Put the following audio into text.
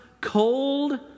cold